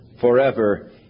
forever